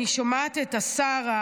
אני שומעת את השר,